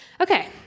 Okay